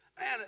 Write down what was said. Man